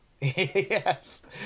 Yes